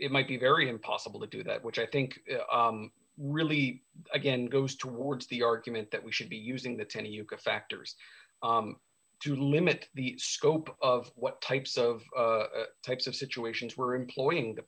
it might be very impossible to do that which i think really again goes towards the argument that we should be using the ten you can factors to limit the scope of what types of types of situations where employing